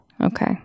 Okay